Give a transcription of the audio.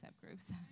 groups